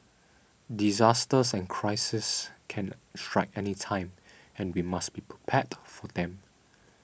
disasters and crises can strike anytime and we must be prepared for them